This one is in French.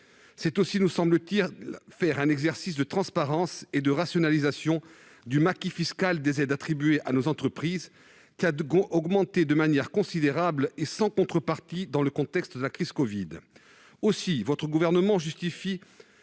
c'est aussi, nous semble-t-il, faire un exercice de transparence et de rationalisation du maquis fiscal des aides attribuées à nos entreprises, qui a considérablement gonflé, et sans contreparties, dans le contexte de la crise de